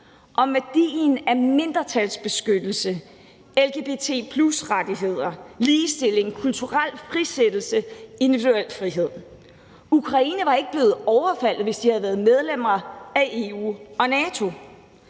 og værdien af mindretalsbeskyttelse, lgbt+-rettigheder, ligestilling, kulturel frisættelse, individuel frihed. Ukraine var ikke blevet overfaldet, hvis de havde været medlem af EU og NATO.